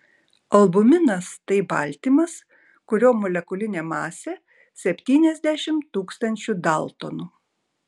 albuminas tai baltymas kurio molekulinė masė septyniasdešimt tūkstančių daltonų